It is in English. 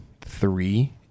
three